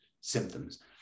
Symptoms